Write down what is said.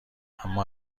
اما